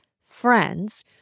friends